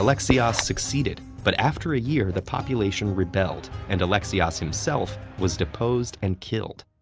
alexios succeeded, but after a year, the population rebelled and alexios himself was deposed and killed.